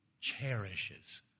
cherishes